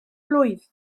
blwydd